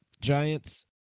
Giants